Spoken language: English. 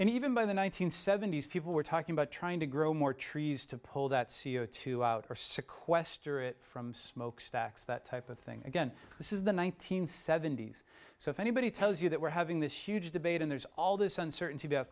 and even by the one nine hundred seventy s people were talking about trying to grow more trees to pull that c o two out or sequester it from smokestacks that type of thing again this is the one nine hundred seventy s so if anybody tells you that we're having this huge debate and there's all this uncertainty about